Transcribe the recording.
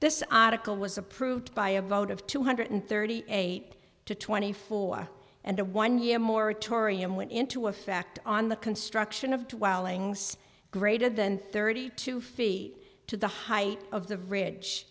this article was approved by a vote of two hundred thirty eight to twenty four and a one year moratorium went into effect on the construction of dwellings greater than thirty two feet to the height of the bri